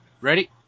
ready